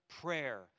prayer